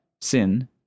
sin